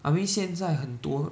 I mean 现在很多